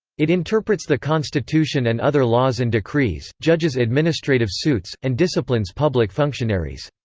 it interprets the constitution and other laws and decrees, judges administrative suits, and disciplines public functionaries.